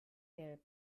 gelb